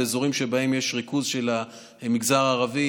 באזורים שבהם יש ריכוז של המגזר הערבי